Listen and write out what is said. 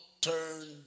turn